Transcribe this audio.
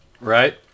Right